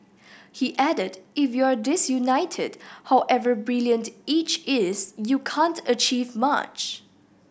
he added If you're disunited however brilliant each is you can't achieve much